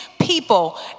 people